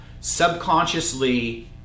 subconsciously